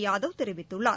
யாதவ் தெரிவித்துள்ளார்